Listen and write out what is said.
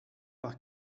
par